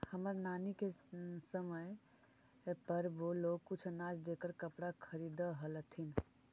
हमर नानी के समय पर वो लोग कुछ अनाज देकर कपड़ा खरीदअ हलथिन